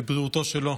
לבריאות שלנו.